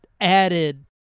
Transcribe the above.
added